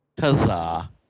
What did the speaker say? Huzzah